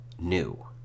new